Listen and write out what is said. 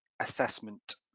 assessment